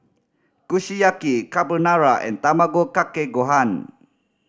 Kushiyaki Carbonara and Tamago Kake Gohan